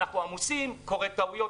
הם אמרו לי: אנחנו עמוסים, קורות טעויות.